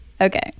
okay